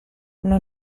una